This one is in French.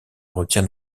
retient